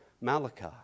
Malachi